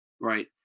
right